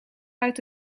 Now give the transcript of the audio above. uit